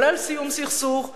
כולל סיום הסכסוך,